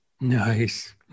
Nice